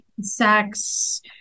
sex